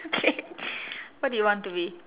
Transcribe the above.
K what do you want to be